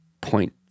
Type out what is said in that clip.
point